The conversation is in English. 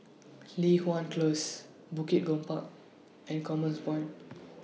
Li Hwan Close Bukit Gombak and Commerce Point